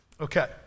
Okay